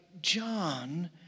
John